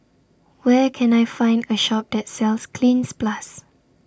Where Can I Find A Shop that sells Cleanz Plus